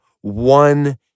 One